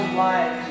life